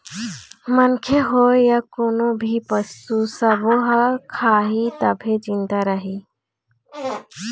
मनखे होए य कोनो भी पसू सब्बो ह खाही तभे जिंदा रइही